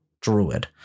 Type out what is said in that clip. druid